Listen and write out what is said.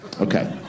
Okay